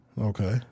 Okay